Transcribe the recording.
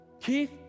keith